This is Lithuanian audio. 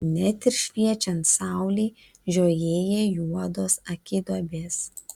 net ir šviečiant saulei žiojėja juodos akiduobės